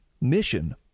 mission